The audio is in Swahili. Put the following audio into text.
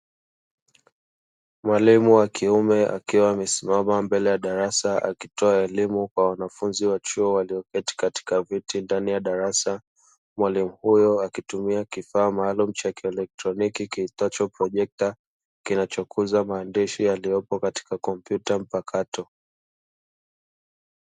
Mwalimu wa kiume akiwa amesimama mbele ya darasa akitoa elimu kwa wanafunzi wa chuo walioketi katika viti ndani ya darasa. Mwalimu huyo akitumia kifaa maalum cha kielektroniki kiitwacho "projector" kinachokuza maandishi yaliyopo katika kompyuta mpakato.